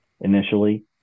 Initially